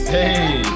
Hey